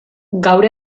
gaur